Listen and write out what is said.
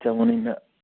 ژےٚ ووٚنُے مےٚ